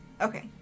Okay